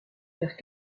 faire